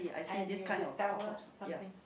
and you discover something